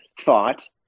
thought